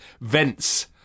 vents